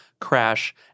Crash—